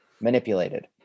manipulated